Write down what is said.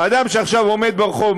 אדם שעכשיו עומד ברחוב,